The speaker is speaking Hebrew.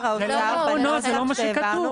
לא, נעה, זה לא מה שכתוב.